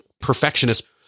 perfectionist